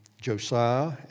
Josiah